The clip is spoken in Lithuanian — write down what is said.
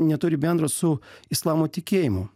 neturi bendro su islamo tikėjimu